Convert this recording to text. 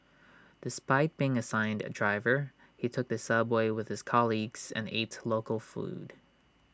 despite being assigned A driver he took the subway with his colleagues and ate local food